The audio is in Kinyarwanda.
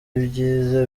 ibyiza